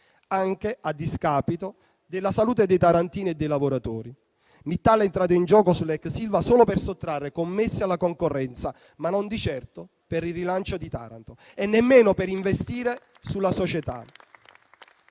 anche a discapito della salute dei tarantini e dei lavoratori. Mittal è entrata in gioco sull'ex Ilva solo per sottrarre commesse alla concorrenza, ma non di certo per il rilancio di Taranto e nemmeno per investire sulla società.